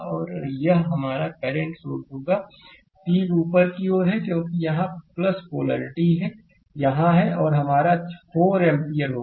और यह हमारा करंट सोर्स होगा तीर ऊपर की ओर है और क्योंकि यहाँ पोलैरिटी यहाँ है और यह हमारा 4 एम्पीयर होगा